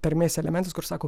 tarmės elementas kur sako